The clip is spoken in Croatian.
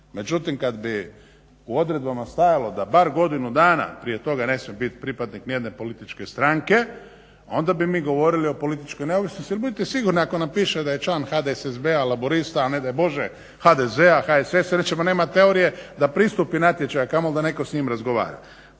Međutim kada bi u odredbama stajalo da bar godinu dana prije toga ne smije biti pripadnik nijedne političke stranke onda bi mi govorili o političkoj neovisnosti jer budite sigurni ako nam piše da je član HDSSB-a, laburista, a ne daj bože HDZ-a ili HSS-a ili ćemo nema teorije da pristupi natječaju a kamoli da netko s njim razgovara.